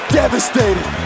devastated